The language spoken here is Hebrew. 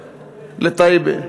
לטייבה.